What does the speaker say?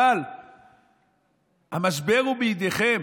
אבל המשבר הוא בידיכם: